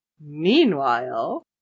Meanwhile